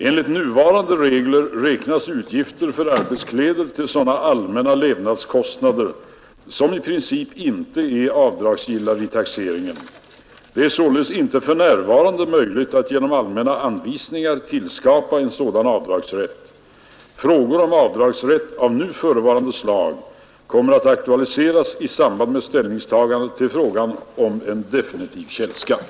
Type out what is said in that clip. Enligt nuvarande regler räknas utgifter för arbetskläder till sådana allmänna levnadskostnader som i princip inte är avdragsgilla vid taxeringen. Det är således inte för närvarande möjligt att genom allmänna anvisningar tillskapa en sådan avdragsrätt. Frågor om avdragsrätt av nu förevarande slag kommer att aktualiseras i samband med ställningstagandet till frågan om definitiv källskatt.